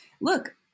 look